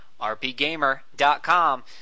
rpgamer.com